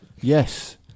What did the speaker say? Yes